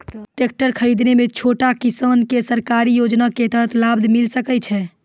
Tractor खरीदै मे छोटो किसान के सरकारी योजना के तहत लाभ मिलै सकै छै?